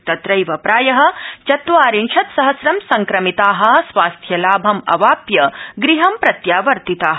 तत्रैव प्राय चत्वारिशत्सहसं सक्रमिता स्वास्थ्यलाभम् अवाप्य गृहं प्रत्यवर्तिता